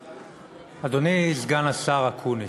אדוני, סגן השר אקוניס,